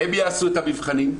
הן יעשו את המבחנים,